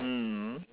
mm